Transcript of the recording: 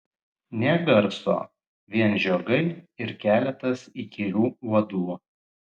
nė garso vien žiogai ir keletas įkyrių uodų